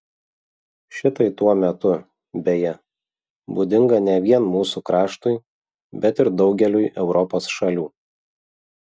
šitai tuo metu beje būdinga ne vien mūsų kraštui bet ir daugeliui europos šalių